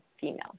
female